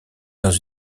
dans